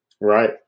Right